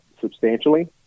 substantially